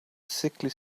sickly